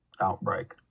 outbreak